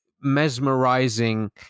mesmerizing